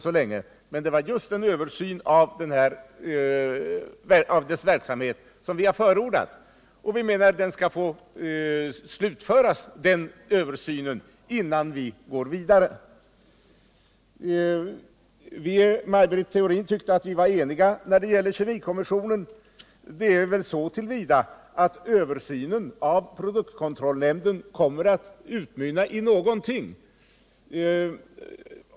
Vi menar att denna översyn nu bör slutföras innan vi går vidare. Maj Britt Theorin tyckte vi var eniga när det gällde kemikommissionen. Det är vi väl så till vida som att en översyn av produktkontrollnämnden naturligtvis kommer att utmynna i någonting.